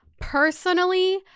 Personally